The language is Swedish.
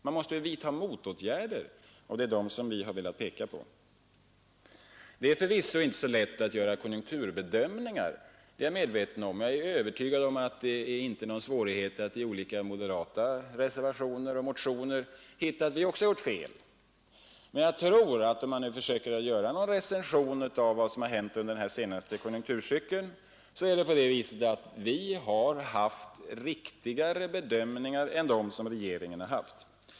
Man måste väl också vidta motåtgärder! Och det är de åtgärderna vi har velat peka på. Det är förvisso inte så lätt att göra konjunkturbedömningar — det är jag medveten om. Jag är övertygad om att det inte är någon svårighet att i olika moderata reservationer och motioner finna exempel på att också vi gjort fel. Men om man skall försöka sig på en recension av vad som har hänt under den senaste konjunkturcykeln, så tror jag att vi har gjort riktigare bedömningar än regeringen.